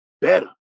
better